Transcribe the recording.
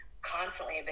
constantly